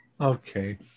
Okay